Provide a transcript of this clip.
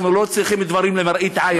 אנחנו לא צריכים דברים למראית עין.